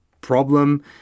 problem